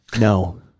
No